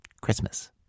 Christmas